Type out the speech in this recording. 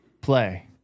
play